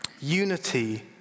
Unity